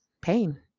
pain